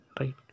right